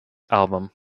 album